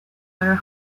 other